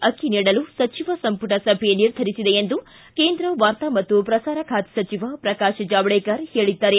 ಅಕ್ಕಿ ನೀಡಲು ಸಚಿವ ಸಂಮಟ ಸಭೆ ನಿರ್ಧರಿಸಿದೆ ಎಂದು ಕೇಂದ್ರ ವಾರ್ತಾ ಮತ್ತು ಪ್ರಸಾರ ಖಾತೆ ಸಚಿವ ಪ್ರಕಾಶ ಜಾವಡೇಕರ್ ಹೇಳಿದ್ದಾರೆ